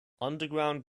underground